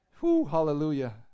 hallelujah